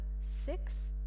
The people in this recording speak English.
six